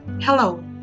Hello